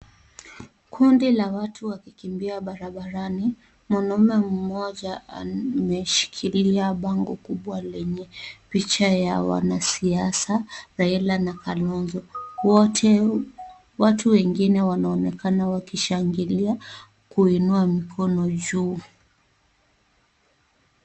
Kundi la watu wakikimbia barabarani, mwanamume mmoja ameshikilia bango kubwa lenye picha ya wanasiasa Raila na Kalonzo wote, watu wengine wanaonekana wakishangilia kuinua mkono juu.